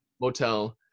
Motel